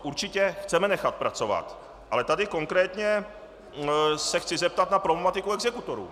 Určitě chceme nechat pracovat, ale tady konkrétně se chci zeptat na problematiku exekutorů.